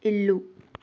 ఇల్లు